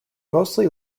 mostly